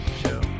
show